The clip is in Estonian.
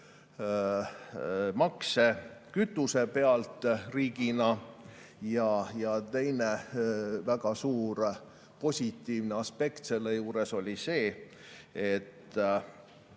makse kütuse pealt. Teine väga suur positiivne aspekt selle juures oli see, et